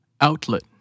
Outlet